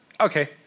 Okay